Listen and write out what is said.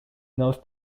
knows